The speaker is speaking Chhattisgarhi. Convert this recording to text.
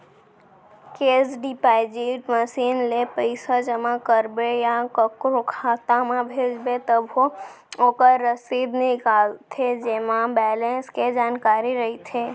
केस डिपाजिट मसीन ले पइसा जमा करबे या कोकरो खाता म भेजबे तभो ओकर रसीद निकलथे जेमा बेलेंस के जानकारी रइथे